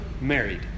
married